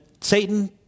Satan